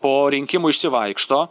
po rinkimų išsivaikšto